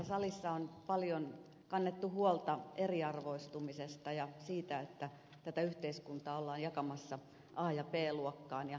tässä salissa on paljon kannettu huolta eriarvoistumisesta ja siitä että tätä yhteiskuntaa ollaan jakamassa a ja b luokkaan